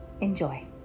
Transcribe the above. Enjoy